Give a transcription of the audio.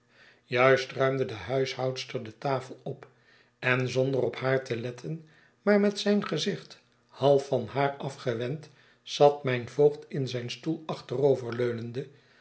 juist ruimde de huishoudster de tafel op en zonder op haar te letten maar met zijn gezicht half van haar afgewend zat mijn voogd in zijn stoel